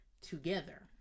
together